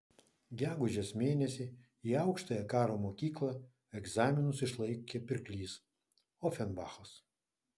gegužės mėnesį į aukštąją karo mokyklą egzaminus išlaikė pirklys ofenbachas